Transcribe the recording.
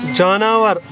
جاناوار